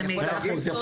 זה מידע חסוי?